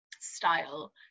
style